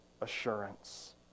assurance